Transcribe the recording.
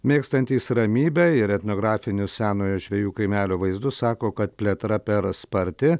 mėgstantys ramybę ir etnografinių senojo žvejų kaimelio vaizdus sako kad plėtra per sparti